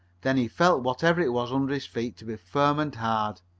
then he felt whatever it was under his feet to be firm and hard.